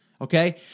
okay